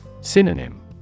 Synonym